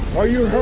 are you